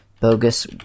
Bogus